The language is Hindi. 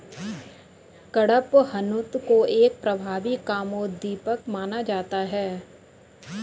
कडपहनुत को एक प्रभावी कामोद्दीपक माना जाता है